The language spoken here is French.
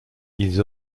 ils